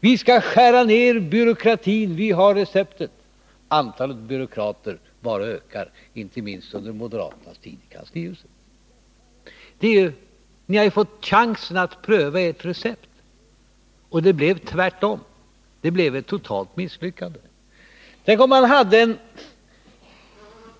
Vi skall skära ner byråkratin. Vi har receptet. — Antalet byråkrater bara ökar, och så skedde inte minst under moderaternas tid i kanslihuset. Ni har ju fått chansen att pröva ert recept, men resultatet blev det motsatta. Det blev ett totalt misslyckande. Tänk om en